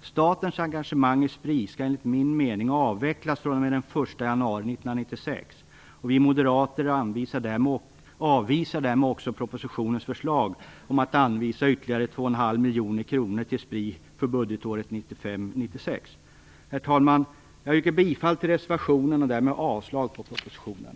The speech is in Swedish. Statens engagemang i Spri skall, enligt min mening, avvecklas fr.o.m. den 1 januari 1996. Vi moderater avvisar därmed också propositionens förslag om att anvisa ytterligare 2,5 miljoner kronor till Spri för budgetåret 1995/96. Herr talman! Jag yrkar bifall till reservationen och därmed avslag på utskottets hemställan.